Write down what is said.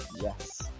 Yes